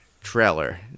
trailer